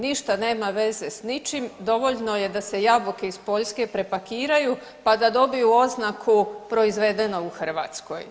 Ništa nema veze s ničim, dovoljno je da se jabuke iz Poljske prepakiraju pa da dobiju oznaku proizvedeno u Hrvatskoj.